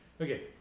Okay